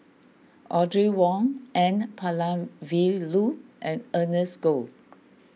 Audrey Wong N Palanivelu and Ernest Goh